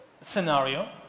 scenario